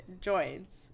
joints